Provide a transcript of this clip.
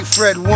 Fred